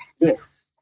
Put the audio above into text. yes